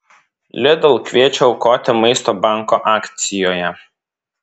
lidl kviečia aukoti maisto banko akcijoje